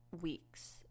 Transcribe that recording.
weeks